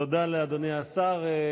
תודה לאדוני השר.